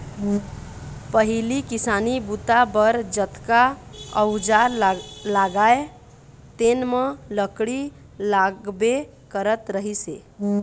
पहिली किसानी बूता बर जतका अउजार लागय तेन म लकड़ी लागबे करत रहिस हे